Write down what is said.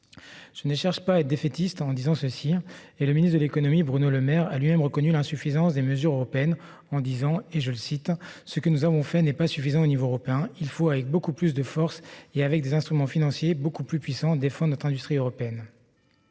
Je ne cherche pas à être défaitiste en disant cela. Bruno Le Maire, ministre de l'économie, a lui-même reconnu l'insuffisance des mesures européennes. Il a ainsi déclaré :« Ce que nous avons fait n'est pas suffisant au niveau européen. Il faut avec beaucoup plus de force et avec des instruments financiers beaucoup plus puissants défendre notre industrie européenne.